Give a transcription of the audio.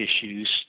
issues